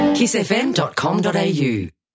KissFM.com.au